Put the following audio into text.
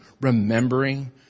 remembering